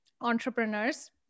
entrepreneurs